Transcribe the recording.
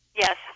Yes